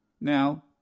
Now